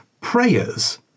prayers